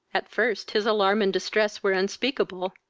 at first his alarm and distress were unspeakable.